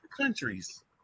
countries